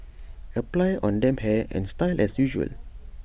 apply on damp hair and style as usual